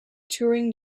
turing